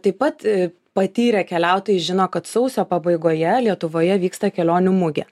taip pat patyrę keliautojai žino kad sausio pabaigoje lietuvoje vyksta kelionių mugė